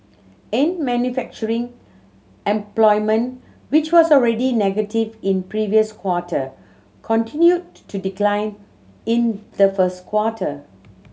in manufacturing employment which was already negative in previous quarter continued to decline in the first quarter